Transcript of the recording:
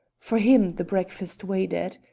for him the breakfast waited.